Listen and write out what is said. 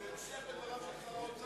זה מופיע בדבריו של שר האוצר.